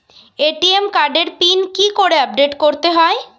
ATM কার্ডের pin কি করে আপডেট করতে হয়?